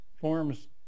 forms